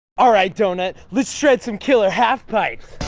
all right, doughnut, let's shred some killer half-pipes.